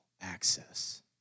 access